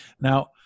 Now